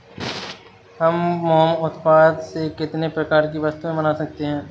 हम मोम उत्पाद से कितने प्रकार की वस्तुएं बना सकते हैं?